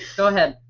go ahead.